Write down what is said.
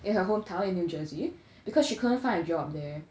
in her hometown in new jersey because she couldn't find a job there